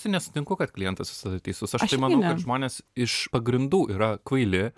nesutinku kad klientas visada teisus aš tai manau kad žmonės iš pagrindų yra kvaili